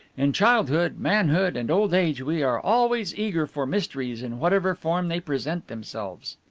in childhood, manhood, and old age we are always eager for mysteries in whatever form they present themselves.